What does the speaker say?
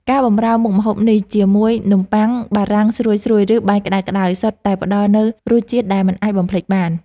ការបម្រើមុខម្ហូបនេះជាមួយនំប៉័ងបារាំងស្រួយៗឬបាយសក្តៅៗសុទ្ធតែផ្តល់នូវរសជាតិដែលមិនអាចបំភ្លេចបាន។